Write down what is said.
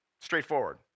Straightforward